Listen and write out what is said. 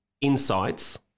Insights